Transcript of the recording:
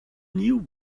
new